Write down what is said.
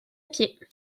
pied